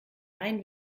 rein